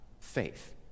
faith